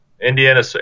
Indiana